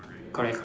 correct correct